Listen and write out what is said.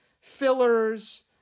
fillers